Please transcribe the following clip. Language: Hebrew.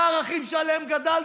אלה הערכים שעליהם גדלת?